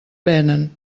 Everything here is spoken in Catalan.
venen